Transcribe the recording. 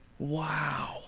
Wow